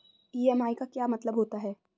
EMI का क्या मतलब होता है?